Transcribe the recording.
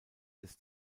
des